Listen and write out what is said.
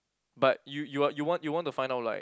but you you are you want you want to find out like